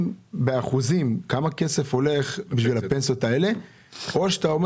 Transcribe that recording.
באחוזים כמה כסף הולך על הפנסיות האלה או שאתה אומר